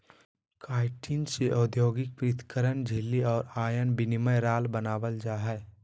chitin से औद्योगिक पृथक्करण झिल्ली और आयन विनिमय राल बनाबल जा हइ